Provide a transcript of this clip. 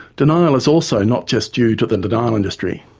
denial is also not just due to the denial industry,